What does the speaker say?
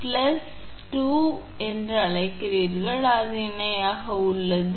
plus தொடர் என்பதால் அது இருக்க வேண்டும்